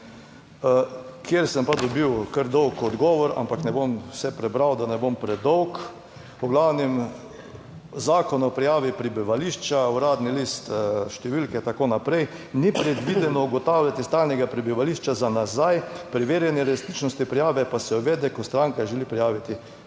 kjer sem pa dobil kar dolg odgovor, ampak ne bom vse prebral, da ne bom predolg. V glavnem, Zakon o prijavi prebivališča, Uradni list, številke in tako naprej, ni predvideno ugotavljati stalnega prebivališča za nazaj, preverjanje resničnosti prijave pa se uvede, ko stranka želi prijaviti